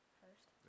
first